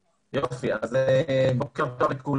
יוצאי אתיופיה ניגשים לתוכנית שיש לה ביקוש גבוה.